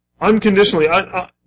Unconditionally